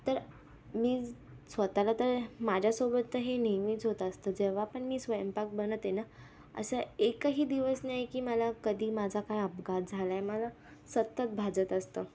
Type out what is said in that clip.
तर मी स्वत ला तर माझ्यासोबत तर हे नेहमीच होत असतं जेव्हा पण मी स्वयंपाक बनवते ना असा एकही दिवस नाही की मला कधी माझा काही अपघात झाला आहे मला सतत भाजत असतं